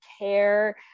care